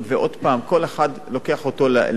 כל אחד לוקח אותו לאיפה שהוא רוצה,